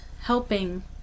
helping